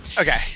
Okay